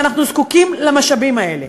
ואנחנו זקוקים למשאבים האלה.